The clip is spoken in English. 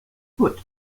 foot